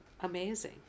amazing